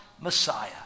Messiah